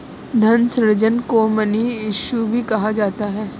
धन सृजन को मनी इश्यू भी कहा जाता है